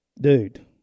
Dude